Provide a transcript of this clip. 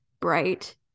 bright